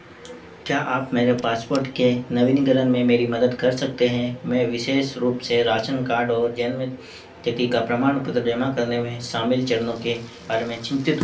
क्या आप मेरे पासपोर्ट के नवीनीकरण में मेरी मदद कर सकते हैं मैं विशेष रूप से राशन कार्ड और जन्म तिथि का प्रमाणपत्र जमा करने में शामिल चरणों के बारे में चिंतित हूँ